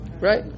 Right